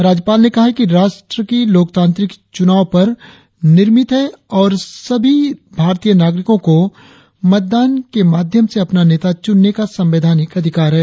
राज्यपाल ने कहा है कि राष्ट्र की लोकतांत्रिक चुनाव पर निर्मित है और सभी भारतीय नागरिकों को मतदान की माध्यम से अपना नेता चूनने का संवैधानिक अधिकार हैं